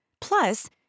Plus